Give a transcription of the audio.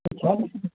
ᱟᱪᱪᱷᱟ